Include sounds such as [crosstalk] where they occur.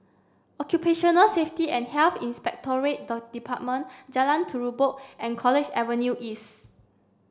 Occupational Safety and Health Inspectorate [unintelligible] Department Jalan Terubok and College Avenue East